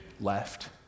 left